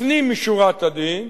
לפנים משורת הדין,